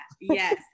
yes